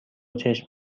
چشم